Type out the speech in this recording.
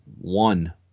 one